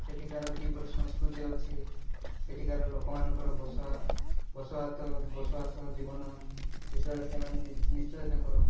ସେଠିକାର କିପରି ସଂସ୍କୃତି ଅଛି ସେଠିକାର ଲୋକମାନଙ୍କର ବସ ବସବାସ ଜୀବନ ବିଷୟରେ ସେମାନେ ନିଶ୍ଚୟ ତାଙ୍କର